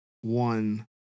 one